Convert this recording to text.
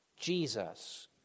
Jesus